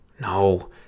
No